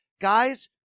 guys